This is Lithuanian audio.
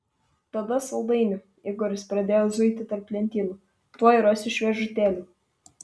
tada saldainių igoris pradėjo zuiti tarp lentynų tuoj rasiu šviežutėlių